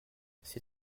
ces